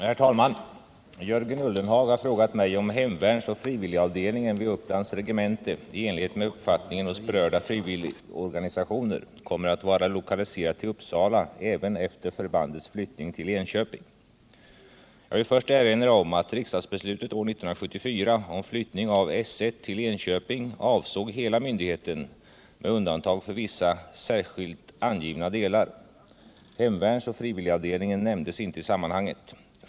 Herr talman! Jörgen Ullenhag har frågat mig om hemvärnsoch frivilligavdelningen vid Upplands regemente, i enlighet med uppfattningen hos berörda frivilligorganisationer, kommer att vara lokaliserad till Uppsala även efter förbandets flyttning till Enköping. Jag vill först erinra om att riksdagsbeslutet år 1974 om flyttning av S 1 till Enköping avsåg hela myndigheten med undantag för vissa särskilt angivna delar. Hemvärnsoch frivilligavdelningen nämndes inte i sammanhanget.